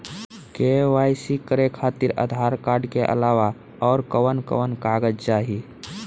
KYC करे खातिर Aadhaar card के अलावा आउरकवन कवन कागज चाहीं?